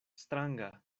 stranga